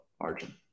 Margin